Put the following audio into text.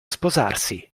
sposarsi